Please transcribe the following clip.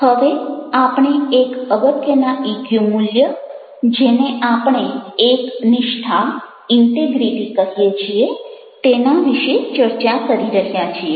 હવે આપણે એક અગત્યના ઇક્યુ મૂલ્ય જેને આપણે એકનિષ્ઠા કહીએ છીએ તેના વિશે ચર્ચા કરી રહ્યા છીએ